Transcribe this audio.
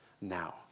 now